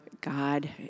God